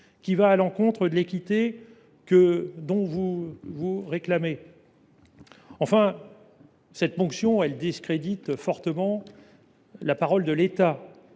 qui va à l’encontre de l’équité dont vous vous réclamez. Enfin, cette ponction discrédite fortement la parole de l’État,